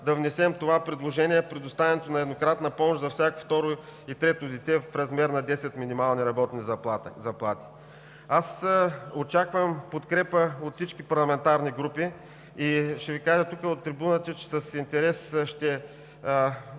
да внесем това предложение за предоставянето на еднократна помощ за всяко второ и трето дете в размер на десет минимални работни заплати. Очаквам подкрепа от всички парламентарни групи и ще Ви кажа тук, от трибуната, че с интерес ще